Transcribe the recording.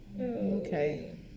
Okay